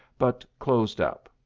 but closed up.